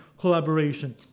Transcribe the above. collaboration